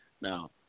now